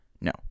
No